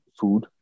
food